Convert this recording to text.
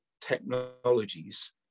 technologies